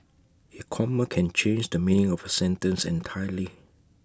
A comma can change the mean of A sentence entirely